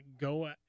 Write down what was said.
go